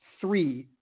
three